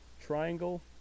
Triangle